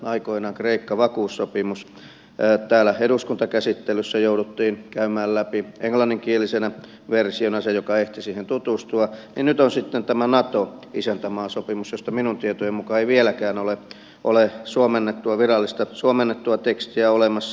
aikoinaan kreikka vakuussopimus täällä eduskuntakäsittelyssä jouduttiin käymään läpi englanninkielisenä versiona se kävi joka ehti siihen tutustua ja nyt on sitten tämä nato isäntämaasopimus josta minun tietojeni mukaan ei vieläkään ole virallista suomennettua tekstiä olemassa